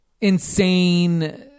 insane